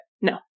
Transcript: No